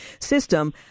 system